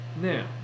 Now